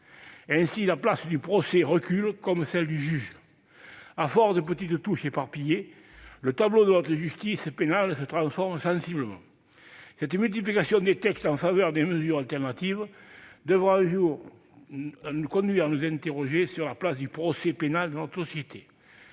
Ainsi, la place du procès recule, comme celle du juge. À force de petites touches éparpillées, le tableau de notre justice pénale se transforme sensiblement. Cette multiplication des textes en faveur des mesures alternatives doit nous conduire à nous interroger sur la place du procès pénal dans notre cité.